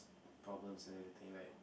problems and everything like